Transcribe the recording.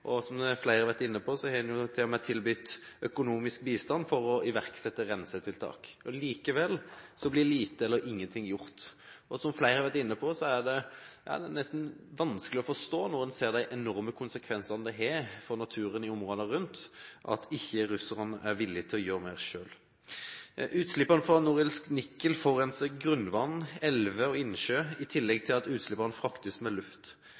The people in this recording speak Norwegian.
Som flere har vært inne på, har en til og med tilbudt økonomisk bistand for å iverksette rensetiltak. Likevel blir lite eller ingenting gjort. Som flere har vært inne på, er det nesten vanskelig å forstå – når en ser de enorme konsekvensene det har for naturen i områdene rundt – at ikke russerne er villige til å gjøre mer selv. Utslippene fra Norilsk Nickel forurenser grunnvann, elver og innsjøer, i tillegg til at utslippene fraktes med luft.